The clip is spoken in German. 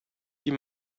die